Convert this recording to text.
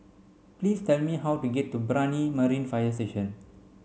please tell me how to get to Brani Marine Fire Station